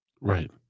Right